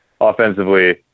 Offensively